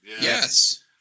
Yes